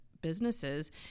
businesses